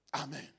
Amen